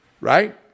Right